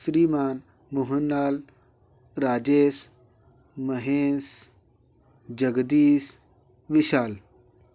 Shriman Mohan Lal Rajesh Mahesh Jagdish Vishal